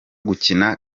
gukina